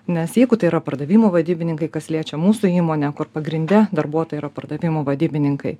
nes jeigu tai yra pardavimų vadybininkai kas liečia mūsų įmonę kur pagrinde darbuotojai yra pardavimų vadybininkai